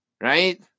Right